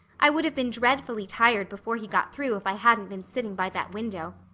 i would have been dreadfully tired before he got through if i hadn't been sitting by that window.